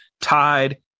tied